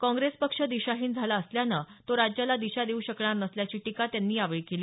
काँग्रेस पक्ष दिशाहीन झाला असल्यानं तो राज्याला दिशा देऊ शकणार नसल्याची टीका त्यांनी यावेळी केली